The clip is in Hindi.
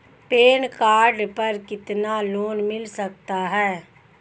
पैन कार्ड पर कितना लोन मिल सकता है?